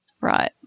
Right